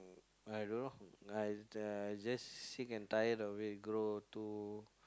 I don't know I I just sick and tired of it grow too